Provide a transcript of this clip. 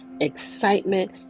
excitement